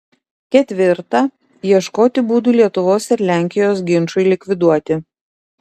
ketvirta ieškoti būdų lietuvos ir lenkijos ginčui likviduoti